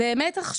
באמת עכשיו,